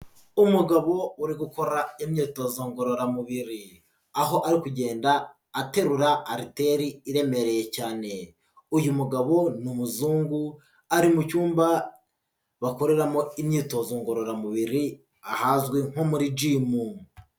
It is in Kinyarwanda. Umugabo uri gukora imyitozo ngororamubiri. Aho ari kugenda aterura ariteri iremereye cyane. Uyu mugabo ni umuzungu, ari mucyumba bakoreramo imyitozo ngororamubiri ahazwi nko muri gimu.